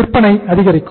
விற்பனை அதிகரிக்கும்